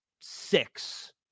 six